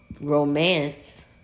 Romance